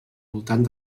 voltant